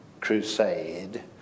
crusade